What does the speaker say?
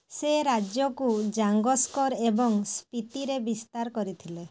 ସେ ରାଜ୍ୟକୁ ଜାଙ୍ଗସ୍କର୍ ଏବଂ ସ୍ପିତିରେ ବିସ୍ତାର କରିଥିଲେ